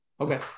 Okay